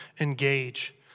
engage